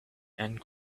and